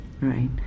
right